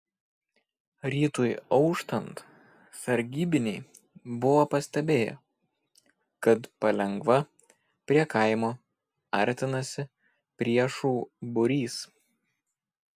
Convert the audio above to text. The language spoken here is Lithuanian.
rytui auštant sargybiniai buvo pastebėję kad palengva prie kaimo artinasi priešų būrys